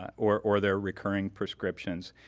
ah or or their recurring prescriptions.